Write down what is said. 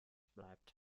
bleibt